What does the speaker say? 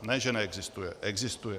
Ne že neexistuje, existuje.